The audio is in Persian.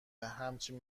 همچین